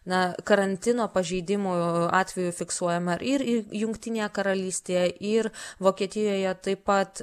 na karantino pažeidimų atvejų fiksuojama ir jungtinėje karalystėje ir vokietijoje taip pat